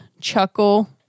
chuckle